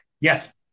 Yes